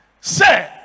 Say